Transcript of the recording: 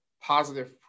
positive